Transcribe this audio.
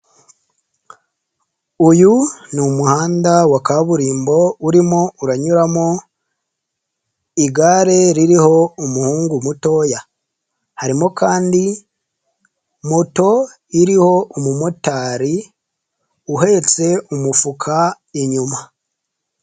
Uyu ni umuhanda wa kaburimbo urimo uranyuramo igare ririho umuhungu mutoya, harimo kandi moto iriho umumotari uhetse umufuka inyuma.